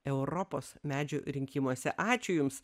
europos medžių rinkimuose ačiū jums